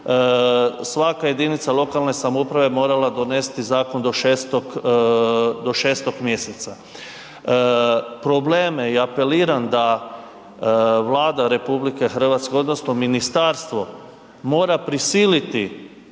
svaka jedinica lokalne samouprave morala donesti zakon do 6., do 6. mjeseca. Probleme i apeliram da Vlada RH odnosno ministarstvo mora prisiliti